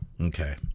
Okay